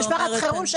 משפחת חירום,